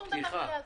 שום דבר לא יעזור.